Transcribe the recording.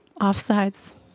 Offsides